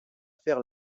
faire